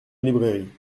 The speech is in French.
librairie